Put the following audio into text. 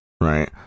right